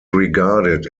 regarded